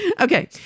Okay